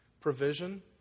provision